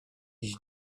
iść